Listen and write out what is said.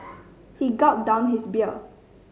he gulped down his beer